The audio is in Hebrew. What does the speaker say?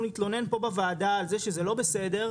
נתלונן פה בוועדה על זה שזה לא בסדר,